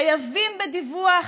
חייבים בדיווח,